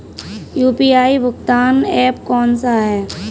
UPI भुगतान app कौन सा है?